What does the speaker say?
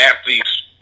athletes